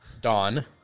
Dawn